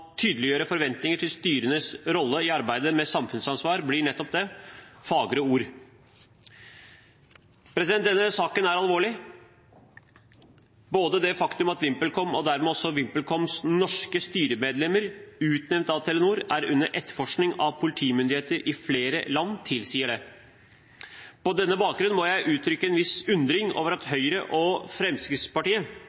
tydeliggjøre forventinger til styrenes rolle i arbeidet med samfunnsansvar, blir nettopp det: fagre ord. Denne saken er alvorlig. Det faktum at både VimpelCom og dermed også VimpelComs norske styremedlemmer utnevnt av Telenor, er under etterforskning av politimyndigheter i flere land, tilsier det. På denne bakgrunn må jeg få uttrykke en viss undring over at Høyre og Fremskrittspartiet